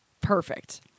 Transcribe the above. Perfect